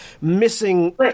missing